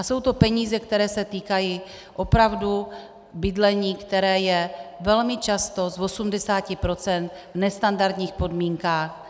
Jsou to peníze, které se týkají opravdu bydlení, které je velmi často z 80 % v nestandardních podmínkách.